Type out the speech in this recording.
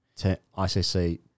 ICC